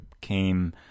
came